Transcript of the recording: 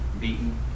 beaten